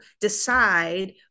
decide